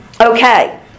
okay